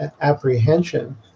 apprehension